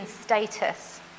status